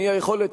אי-היכולת,